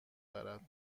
دارد